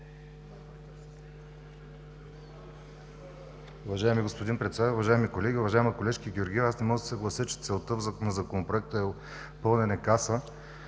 Уважаеми господин Председател, уважаеми колеги! Уважаема колежке Георгиева, не мога да се съглася, че целта на Законопроекта е пълнене на